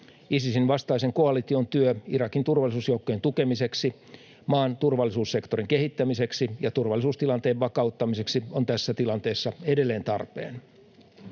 Isisin vastaisen koalition työ Irakin turvallisuusjoukkojen tukemiseksi, maan turvallisuussektorin kehittämiseksi ja turvallisuustilanteen vakauttamiseksi on tässä tilanteessa edelleen tarpeen.